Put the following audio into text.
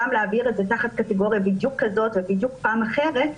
פעם להעביר את זה תחת קטגוריה בדיוק כזאת ובדיוק פעם אחרת,